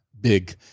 big